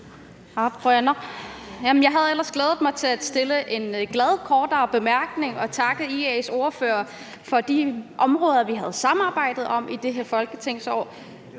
Jeg havde ellers glædet mig til at komme med en glad kort bemærkning og takke IA's ordfører for de områder, vi har samarbejdet om i det her folketingsår